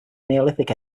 neolithic